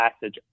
passage